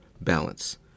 balance